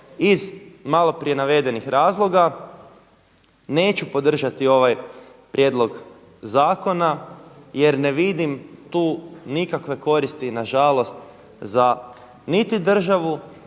iz malo prije navedenih razloga, neću podržati ovaj prijedlog zakona jer ne vidim tu nikakve koristi nažalost za niti državu,